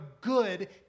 good